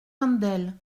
wendel